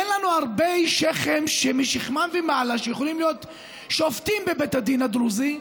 אין לנו הרבה משכמם ומעלה שיכולים להיות שופטים בבית הדין הדרוזי,